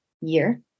year